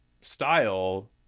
style